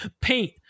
Paint